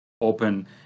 open